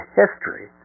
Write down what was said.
history